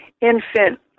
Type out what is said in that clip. infant